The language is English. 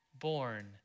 born